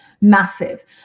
massive